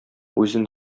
үзен